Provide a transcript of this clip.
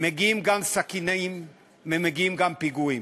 מגיעים גם סכינים ומגיעים גם פיגועים.